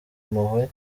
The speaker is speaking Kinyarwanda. impuhwe